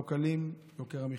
לא קלים מבחינת יוקר המחיה,